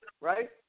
right